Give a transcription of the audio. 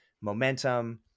momentum